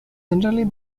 generally